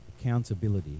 Accountability